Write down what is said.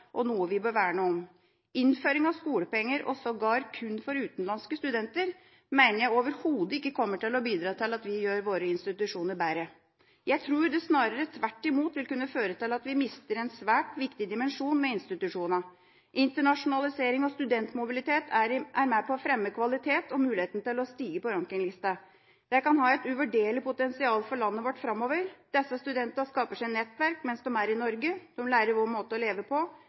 og noe vi bør verne om. Innføring av skolepenger, og sågar kun for utenlandske studenter, mener jeg overhodet ikke kommer til å bidra til at vi gjør våre institusjoner bedre. Jeg tror det snarere tvert imot vil kunne føre til at vi mister en svært viktig dimensjon ved institusjonene. Internasjonalisering og studentmobilitet er med på å fremme kvalitet og muligheten til å stige på rankinglistene. Det kan ha et uvurderlig potensial for landet vårt framover. Disse studentene skaper seg nettverk mens de er i Norge. De lærer vår måte å leve på,